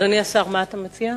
אדוני השר, מה אתה מציע?